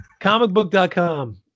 Comicbook.com